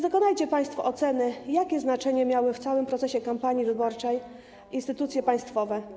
Dokonajcie więc państwo oceny, jakie znaczenie miały w całym procesie kampanii wyborczej instytucje państwowe.